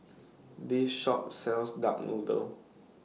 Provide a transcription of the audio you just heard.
This Shop sells Duck Noodle